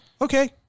okay